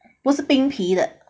不是冰皮的